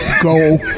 go